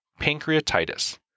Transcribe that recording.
pancreatitis